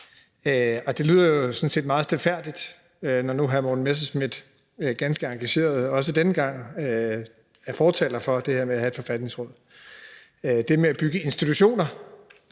Og det lyder sådan set meget stilfærdigt, når nu hr. Morten Messerschmidt ganske engageret også denne gang er fortaler for det her med at have et forfatningsråd. Det med at bygge nationale